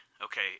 okay